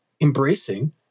embracing